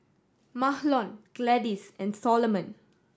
Mahlon Gladys and Solomon